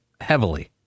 heavily